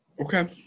Okay